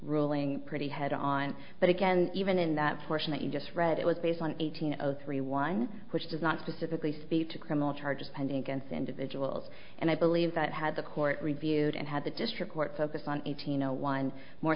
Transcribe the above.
ruling pretty head on but again even in that portion that you just read it was based on eighteen zero three one which does not specifically speak to criminal charges pending against individuals and i believe that had the court reviewed and had the district court focused on eighteen zero one more